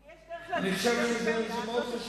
אם יש דרך להציל את הפריפריה, זאת הדרך.